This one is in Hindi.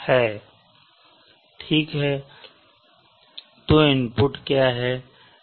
ठीक है तो इनपुट क्या हैं